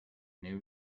new